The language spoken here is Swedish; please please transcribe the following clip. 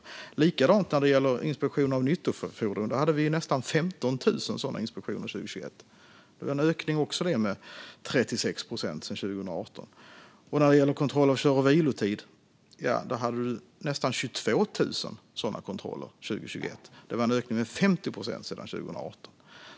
Det är likadant när det gäller inspektioner av nyttofordon. Vi hade nästan 15 000 sådana inspektioner 2021, vilket var en ökning med 36 procent sedan 2018. När det gäller kontroll av kör och vilotider gjordes nästan 22 000 sådana kontroller 2021, vilket var en ökning med 50 procent sedan 2018.